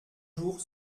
jour